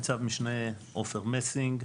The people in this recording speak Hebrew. ניצב משנה עופר מסינג,